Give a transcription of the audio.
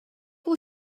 will